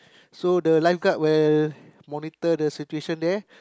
so the lifeguard will monitor the situation there